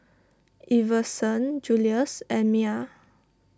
Iverson Julious and Miah